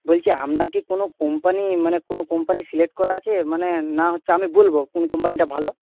বলছি আপনার কি কোনো কোম্পানি মানে কোনো কোম্পানি সিলেক্ট করা আছে মানে না হচ্ছে আমি বলব কোন কোম্পানিটা ভালো